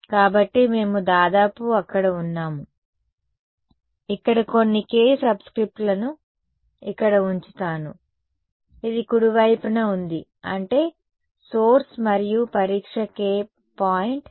కాబట్టి మేము దాదాపు అక్కడ ఉన్నాముఇక్కడ కొన్ని K సబ్స్క్రిప్ట్లను ఇక్కడ ఉంచుతాను ఇది కుడివైపున ఉంది అంటే సోర్స్ మరియు పరీక్ష K పాయింట్ A